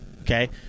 okay